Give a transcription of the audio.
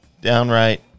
downright